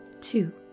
two